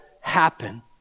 happen